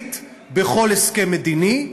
מרכזית בכל הסכם מדיני,